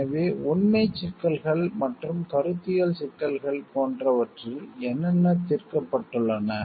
எனவே உண்மைச் சிக்கல்கள் மற்றும் கருத்தியல் சிக்கல்கள் போன்றவற்றில் என்னென்ன தீர்க்கப்பட்டுள்ளன